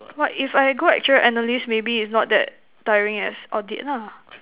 what if I go actuarial analyst maybe is not that tiring as audit lah